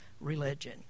religion